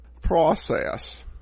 process